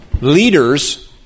leaders